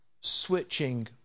switching